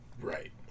right